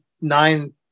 nine